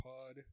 Pod